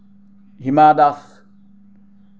Hima Das